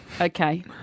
Okay